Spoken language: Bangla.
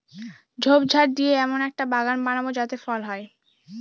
ঝোপঝাড় দিয়ে এমন একটা বাগান বানাবো যাতে ফল হয়